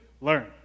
learn